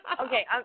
Okay